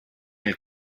nel